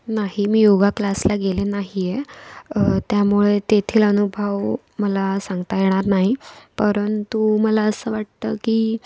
नाही मी योगा क्लासला गेले नाही आहे त्यामुळे तेथील अनुभव मला सांगता येणार नाही परंतु मला असं वाटतं की